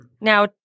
Now